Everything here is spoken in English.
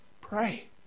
Pray